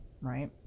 right